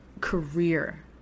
career